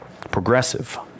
progressive